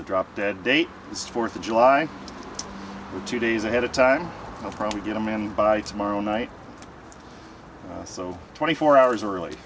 to drop dead date this fourth of july two days ahead of time i'll probably get a man by tomorrow night so twenty four hours early